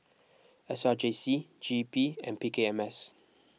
S R J C G E P and P K M S